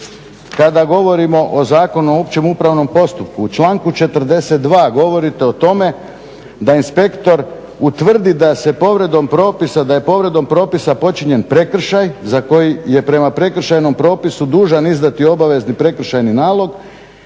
kada govorimo o Zakonu o opće upravom postupku u članku 42.govorite o tome da inspektor utvrdi da se povredom propisa, da je povredom propisa počinjen prekršaj za koji je prema prekršajnom propisu dužan izdati obavezni prekršajni nalog